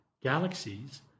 Galaxies